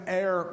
air